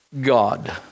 God